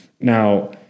Now